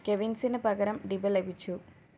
കെവിൻസിനു പകരം ഡിബ ലഭിച്ചു